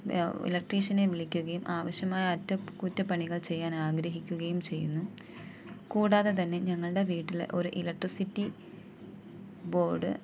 ഇലക്ട്രീഷനെ വിളിക്കുകയും ആവശ്യമായ അറ്റകുറ്റ പണികൾ ചെയ്യാൻ ആഗ്രഹിക്കുകയും ചെയ്യുന്നു കൂടാതെതന്നെ ഞങ്ങളുടെ വീട്ടിൽ ഒരു ഇലക്ട്രിസിറ്റി ബോഡ്